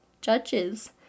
judges